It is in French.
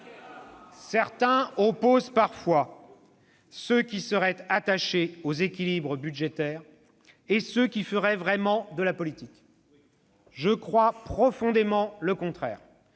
Certains opposent parfois ceux qui seraient attachés aux équilibres budgétaires à ceux qui feraient vraiment de la politique. Je crois profondément le contraire.